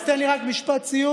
אז תן לי רק משפט סיום.